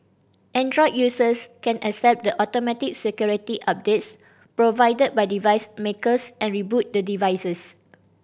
Android users can accept the automatic security updates provided by device makers and reboot the devices